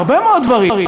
הרבה מאוד דברים.